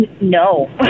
no